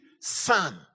son